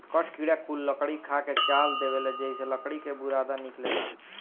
कठ किड़ा कुल लकड़ी खा के चाल देवेला जेइसे लकड़ी के बुरादा निकलेला